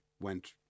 went